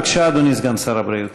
בבקשה, אדוני סגן שר הבריאות.